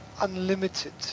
unlimited